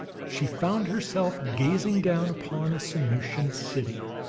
she found herself gazing down upon a sanusian city.